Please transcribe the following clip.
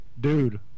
Dude